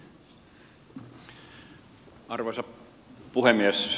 arvoisa puhemies